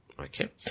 Okay